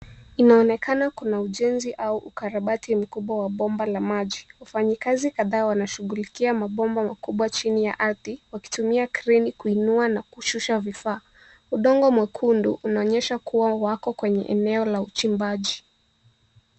Inaonekana kuna ujenzi au ukarabati mkubwa wa bomba la maji wafanyikazi kadhaa wanashughulikia mabomba makubwa chini ya ardhi wakitumia kreni kuinua na kushusha vifaa udongo mwekundu unaonyesha kuwa wako kwenye eneo la uchimbaji